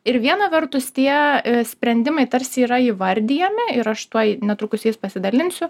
ir viena vertus tie sprendimai tarsi yra įvardijami ir aš tuoj netrukus jais pasidalinsiu